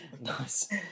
Nice